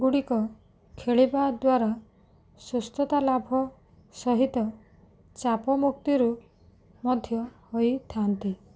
ଗୁଡ଼ିକ ଖେଳିବାଦ୍ୱାରା ସୁସ୍ଥତା ଲାଭ ସହିତ ଚାପମୁକ୍ତି ରୁ ହୋଇଥାନ୍ତି